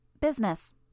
Business